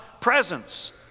presence